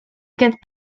get